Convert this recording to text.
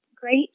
Great